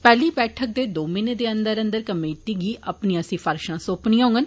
पैहली बैठक दे दो म्हीने दे अंदर अंदर कमेटी गी अपनियां सिफारिशां सौपनियां होङन